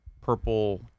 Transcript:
purple